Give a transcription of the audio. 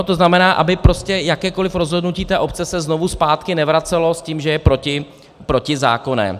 To znamená, aby prostě jakékoliv rozhodnutí té obce se znovu zpátky nevracelo s tím, že je protizákonné.